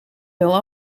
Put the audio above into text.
wel